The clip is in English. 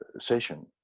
session